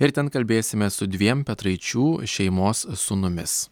ir ten kalbėsimės su dviem petraičių šeimos sūnumis